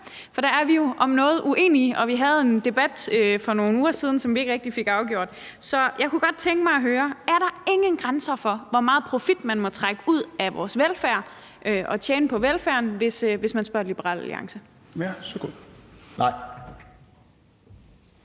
For der er vi jo om noget uenige, og vi havde en debat for nogle uger siden, som vi ikke rigtig fik afgjort. Så jeg kunne godt tænke mig at høre: Er der ingen grænser for, hvor meget profit man må trække ud af vores velfærd, altså hvor meget man må tjene på velfærden, hvis man spørger Liberal Alliance?